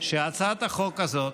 שהצעת החוק הזאת,